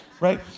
Right